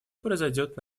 произойдет